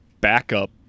backup